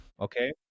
Okay